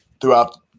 throughout